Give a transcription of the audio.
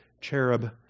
cherub